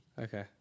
Okay